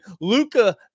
Luca